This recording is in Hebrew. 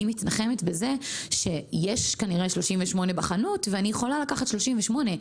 מתנחמת בכך שיש כנראה 38 בחנות ואני יכולה לקחת 38,